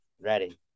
ready